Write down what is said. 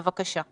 בבקשה.